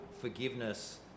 forgiveness